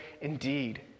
indeed